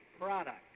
product